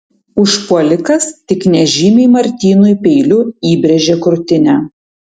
užpuolikas tik nežymiai martynui peiliu įbrėžė krūtinę